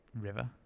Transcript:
river